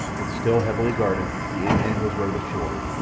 and, still heavily guarded, the ape-man was rowed ashore.